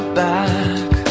back